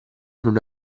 non